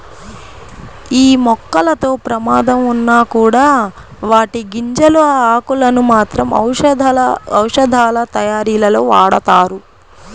యీ మొక్కలతో ప్రమాదం ఉన్నా కూడా వాటి గింజలు, ఆకులను మాత్రం ఔషధాలతయారీలో వాడతారు